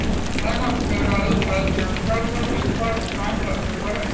हम अपने वाईफाई संसर्ग बिल का भुगतान कैसे करें?